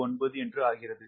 0001389 ஆகிறது